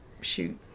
shoot